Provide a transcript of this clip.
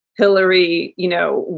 hillary, you know,